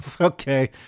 Okay